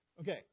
Okay